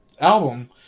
album